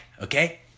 Okay